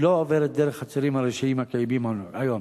שלא עוברת דרך הצירים הראשיים הקיימים היום.